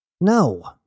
No